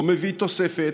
לא מביא תוספת,